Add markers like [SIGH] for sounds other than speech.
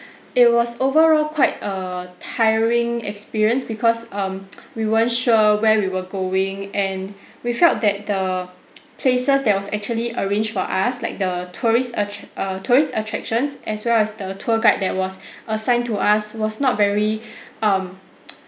it was overall quite a tiring experience because um [NOISE] we weren't sure where we were going and we felt that the places that was actually arranged for us like the tourist attra~ err tourist attractions as well as the tour guide that was assigned to us was not very [BREATH] um